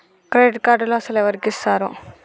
Credit కార్డులు అసలు ఎవరికి ఇస్తారు?